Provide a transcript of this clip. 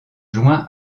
juin